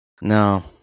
No